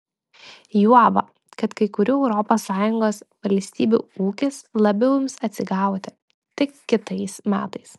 juoba kad kai kurių europos sąjungos valstybių ūkis labiau ims atsigauti tik kitais metais